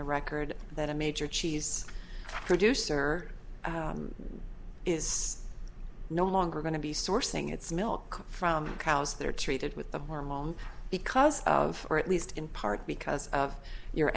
the record that a major cheese producer is no longer going to be sourcing its milk from cows that are treated with the normal because of or at least in part because of you